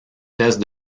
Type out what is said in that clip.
test